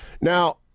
Now